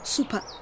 Super